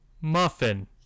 Muffin